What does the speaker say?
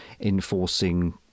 enforcing